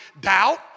doubt